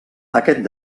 aquest